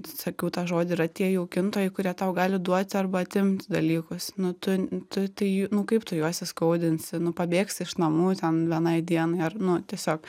sakiau tą žodį yra tie jaukintojai kurie tau gali duot arba atimt dalykus nu tu tu tai nu kaip tu juos įskaudinsi nu pabėgsi iš namų ten vienai dienai ar nu tiesiog